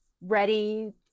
ready